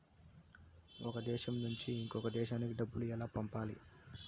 ఒక దేశం నుంచి ఇంకొక దేశానికి డబ్బులు ఎలా పంపాలి?